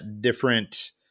different